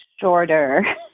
shorter